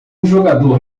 jogador